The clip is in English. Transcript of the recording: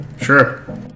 Sure